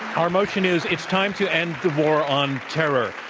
our motion is it's time to end the war on terror.